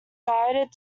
guided